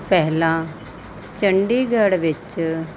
ਪਹਿਲਾਂ ਚੰਡੀਗੜ੍ਹ ਵਿੱਚ